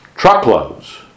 Truckloads